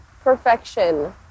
perfection